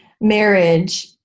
marriage